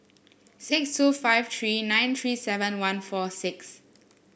six two five three nine three seven one four six